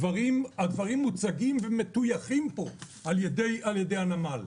הדברים מוצגים ומטויחים פה על ידי הנמל.